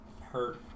hurt